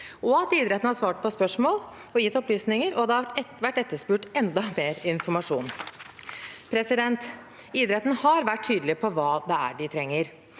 at idretten har svart på spørsmål og gitt opplysninger, og at det har vært etterspurt enda mer informasjon. Idretten har vært tydelig på hva det er de trenger: